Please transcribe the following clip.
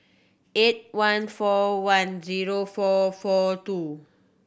eight one four one zero four four two